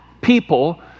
people